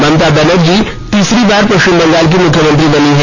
ममता बनर्जी तीसरी बार पश्चिम बंगाल की मुख्यमंत्री बनी है